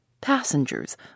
passengers